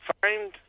Find